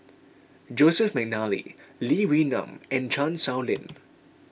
Joseph McNally Lee Wee Nam and Chan Sow Lin